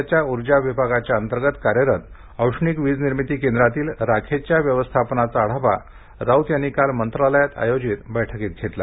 राज्याच्या ऊर्जा विभागाअंतर्गत कार्यरत औष्णिक वीज निर्मिती केंद्रातील राखेच्या व्यवस्थापनाचा आढावा राऊत यांनी काल मंत्रालयात आयोजित बैठकीत घेतला